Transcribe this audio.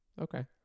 Okay